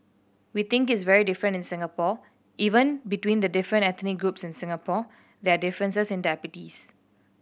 we think it's very different in Singapore even between the different ethnic groups in Singapore there are differences in diabetes